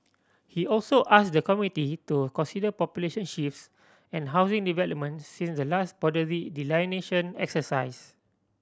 he also asked the committee to consider population shifts and housing developments since the last boundary delineation exercise